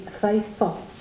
faithful